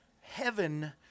heaven